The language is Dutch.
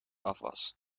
afwas